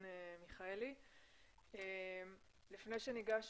לפני שניגש